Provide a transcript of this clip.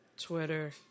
Twitter